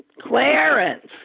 Clarence